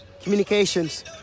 communications